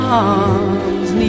arms